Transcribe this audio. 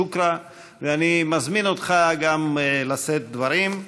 שוכרן, ואני מזמין אותך גם לשאת דברים.